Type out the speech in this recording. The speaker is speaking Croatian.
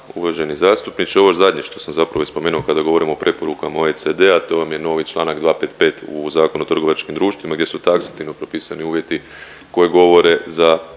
uvaženi zastupniče. Ovo zadnje što sam zapravo i spomenuo kada govorimo o preporukama OECD-a, to vam je novi čl. 255 u ZTD-u gdje su taksativno propisani uvjeti koji govore za